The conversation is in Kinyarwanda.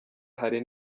hari